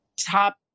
top